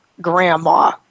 grandma